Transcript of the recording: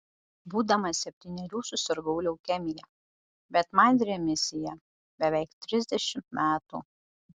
būdamas septynerių susirgau leukemija bet man remisija beveik trisdešimt metų